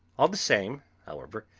all the same, however,